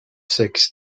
six